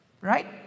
Right